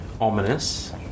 Ominous